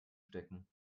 stecken